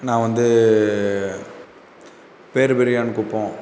நான் வந்து பேர்பெரியான்குப்பம்